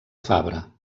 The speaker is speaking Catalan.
fabra